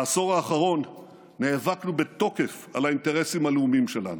בעשור האחרון נאבקנו בתוקף על האינטרסים הלאומיים שלנו,